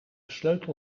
sleutel